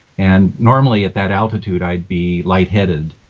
and normally, at that altitude, i'd be light-headed.